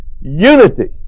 unity